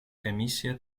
комиссия